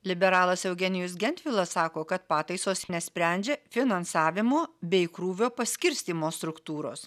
liberalas eugenijus gentvilas sako kad pataisos nesprendžia finansavimo bei krūvio paskirstymo struktūros